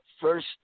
first